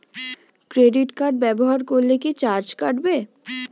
Credit card ব্যাবহার করলে কি চার্জ কাটবে?